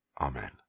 Amen